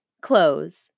close